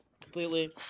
Completely